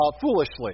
foolishly